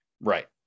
right